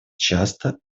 часто